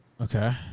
Okay